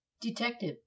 Detective